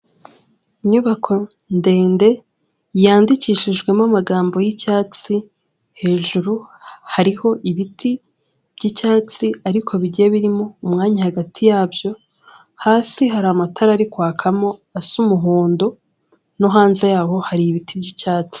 Inyubako ndende yandikishijwemo amagambo y'icyatsi hejuru hariho ibiti by'icyatsi ariko bigiye birimo umwanya hagati yabyo hasi hari amatara ari kwakamo asa umuhondo, no hanze yaho hari ibiti by'icyatsi.